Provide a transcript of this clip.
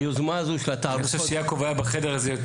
והיוזמה הזו של -- אני חושב שיעקב היה בחדר הזה,